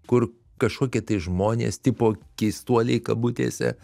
kur kažkokie tai žmonės tipo keistuoliai kabutėse